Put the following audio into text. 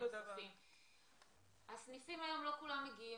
הרבה לסניפים,